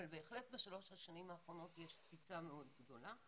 אבל בהחלט בשלוש השנים האחרונות יש קפיצה מאוד גדולה.